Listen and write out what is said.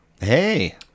Hey